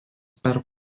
per